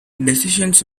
decisions